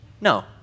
No